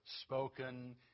spoken